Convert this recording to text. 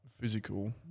physical